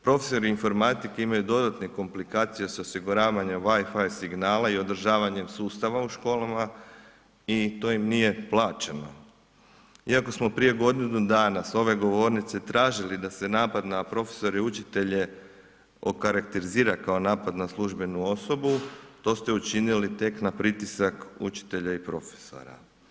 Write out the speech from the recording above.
Profesori informatike imaju dodatne komplikacije s osiguravanjem wi-fi signala i održavanjem sustava u školama i to im nije plaćeno iako smo prije godinu dana s ove govornice tražili da se napad na profesore i učitelje okarakterizira kao napad na službenu osobu, to ste učinili tek na pritisak učitelja i profesora.